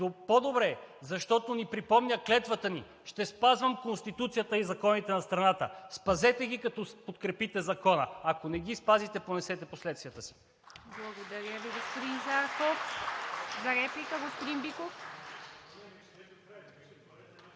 по-добре, защото ни припомня клетвата ни: „Ще спазвам Конституцията и законите на страната.“ Спазете ги, като подкрепите Закона! Ако не ги спазите – понесете последствията си!